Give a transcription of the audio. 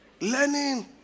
learning